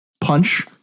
Punch